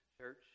Church